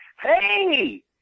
hey